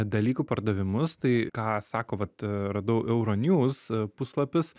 dalykų pardavimus tai ką sako vat radau euronews puslapis